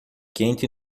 quente